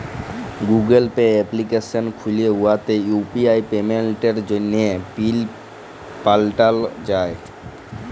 Google Pay application খ্যুলে উয়াতে UPI পেমেল্টের জ্যনহে পিল পাল্টাল যায়